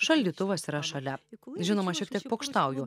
šaldytuvas yra šalia žinoma šiek tiek pokštauju